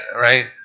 right